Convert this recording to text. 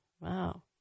Wow